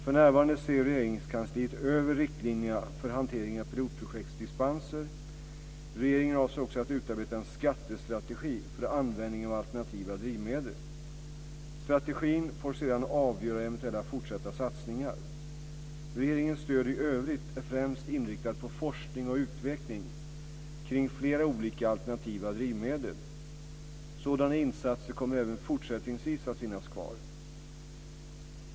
För närvarande ser Regeringskansliet över riktlinjerna för hanteringen av pilotprojektsdispenser. Regeringen avser också att utarbeta en skattestrategi för användningen av alternativa drivmedel. Strategin får sedan avgöra eventuella fortsatta satsningar. Regeringens stöd i övrigt är främst inriktat på forskning och utveckling kring flera olika alternativa drivmedel. Sådana insatser kommer även fortsättningsvis att finnas kvar.